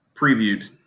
previewed